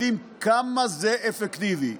יודעים כמה זה אפקטיבי,